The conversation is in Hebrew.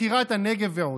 מכירת הנגב ועוד.